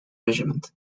regiment